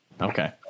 okay